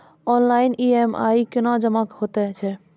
Online EMI कूना जमा हेतु छै?